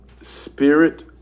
spirit